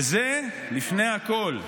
וזה לפני הכול,